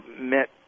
met